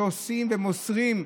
שעושים ומוסרים,